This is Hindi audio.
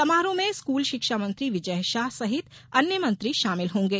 समारोह में स्कूल शिक्षा मंत्री विजय शाह सहित अन्य मंत्री शामिल होंगे